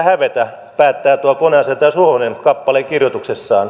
näin päättää tuo koneasentaja suhonen kappaleen kirjoituksessaan